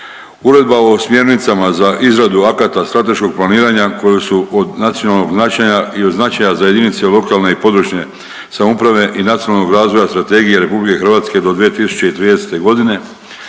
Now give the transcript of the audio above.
Uredba o smjernicama za izradu akata strateškog planiranja koje su od nacionalnog značaja i od značaja za jedinice lokalne i područne samouprave i nacionalnog razvoja Strategije Republike Hrvatske do 2030. godine.